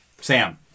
Sam